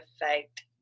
effect